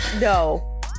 No